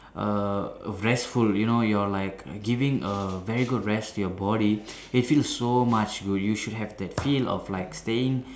err restful you know you are like giving a very good rest to your body it feels so much will you should have that feel of like staying